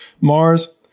Mars